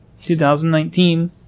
2019